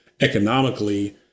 economically